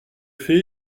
fait